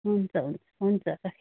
हुन्छ हुन्छ हुन्छ राखेँ